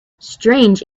strange